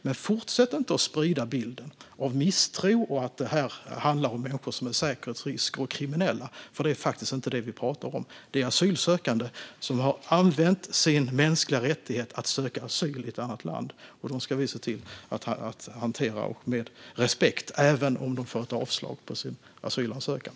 Men fortsätt inte att sprida bilden av misstro och att detta handlar om människor som är säkerhetsrisker och kriminella! Det är faktiskt inte det vi pratar om. Det är asylsökande som har använt sin mänskliga rättighet att söka asyl i ett annat land. Dem ska vi se till att hantera med respekt, även om de får ett avslag på sin asylansökan.